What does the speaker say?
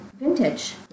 vintage